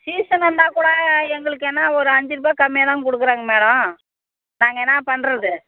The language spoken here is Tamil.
சீசன் வந்தாக்கூட எங்களுக்கு என்ன ஒரு அஞ்சிருபா கம்மியாக தான் கொடுக்குறாங்க மேடம் நாங்கள் என்ன பண்ணுறது